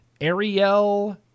Ariel